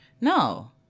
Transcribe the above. no